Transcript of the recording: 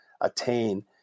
attain